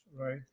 right